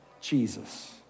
Jesus